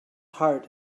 heart